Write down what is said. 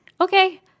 Okay